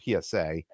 PSA